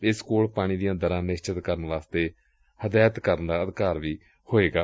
ਏਸ ਕੋਲ ਪਾਣੀ ਦੀਆਂ ਦਰਾਂ ਨਿਸ਼ਚਿਤ ਕਰਨ ਲਈ ਹਦਾਇਤ ਕਰਨ ਦਾ ਅਧਿਕਾਰ ਵੀ ਹੋਵੇਗਾ